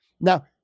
Now